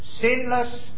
sinless